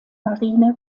marine